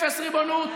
אפס ריבונות,